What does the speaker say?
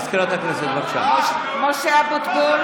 (קוראת בשמות חברי הכנסת) משה אבוטבול,